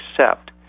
accept